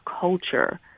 culture